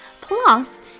Plus